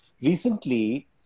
Recently